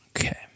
Okay